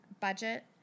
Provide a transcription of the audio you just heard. budget